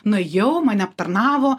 nuėjau mane aptarnavo